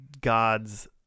gods